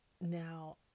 now